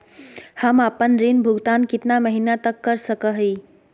हम आपन ऋण भुगतान कितना महीना तक कर सक ही?